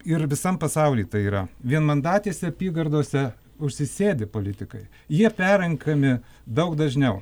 ir visam pasauly tai yra vienmandatėse apygardose užsisėdi politikai jie perrenkami daug dažniau